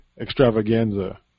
extravaganza